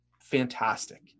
fantastic